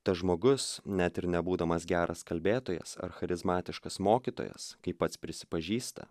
tas žmogus net ir nebūdamas geras kalbėtojas ar charizmatiškas mokytojas kaip pats prisipažįsta